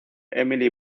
emily